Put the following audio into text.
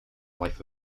life